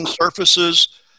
surfaces